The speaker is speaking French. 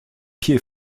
pied